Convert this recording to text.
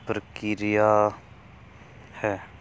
ਪ੍ਰਕਿਰਿਆ ਹੈ